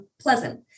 pleasant